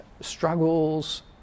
struggles